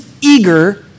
eager